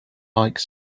like